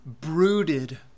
brooded